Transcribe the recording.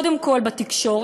קודם כול בתקשורת,